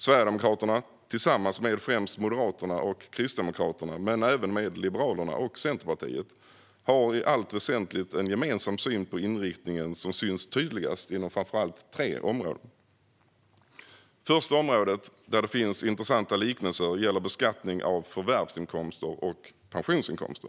Sverigedemokraterna har tillsammans med främst Moderaterna och Kristdemokraterna men även Liberalerna och Centerpartiet i allt väsentligt en gemensam syn på inriktningen. Det syns tydligast inom framför allt tre områden. Det första området där det finns intressanta likheter gäller beskattning av förvärvsinkomster och pensionsinkomster.